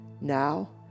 now